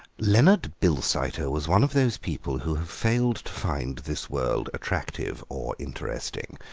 leonard bilsiter was one of those people who have failed to find this world attractive or interesting,